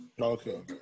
Okay